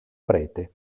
prete